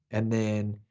and then,